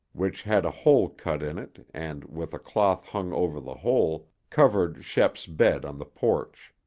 which had a hole cut in it and with a cloth hung over the hole, covered shep's bed on the porch.